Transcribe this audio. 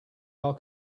are